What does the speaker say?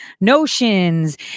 notions